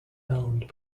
owned